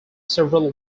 several